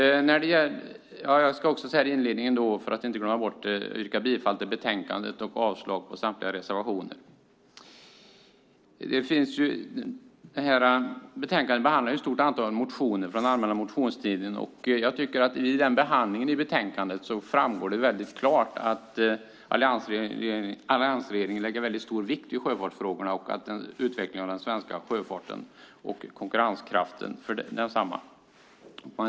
För att inte glömma yrkar jag redan nu bifall till utskottets förslag i betänkandet och avslag på samtliga reservationer. I betänkandet behandlas ett stort antal motioner från allmänna motionstiden. Av behandlingen i betänkandet framgår det klart, tycker jag, att alliansregeringen fäster mycket stor vikt vid sjöfartsfrågorna, vid utvecklingen av den svenska sjöfarten och vid densammas konkurrenskraft.